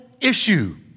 issue